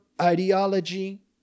ideology